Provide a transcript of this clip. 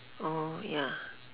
mm ya